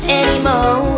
anymore